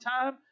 time